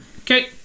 Okay